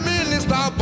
Minister